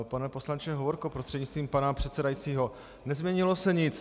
Pane poslanče Hovorko prostřednictvím pana předsedajícího, nezměnilo se nic.